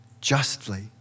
justly